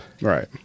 Right